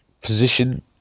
position